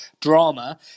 drama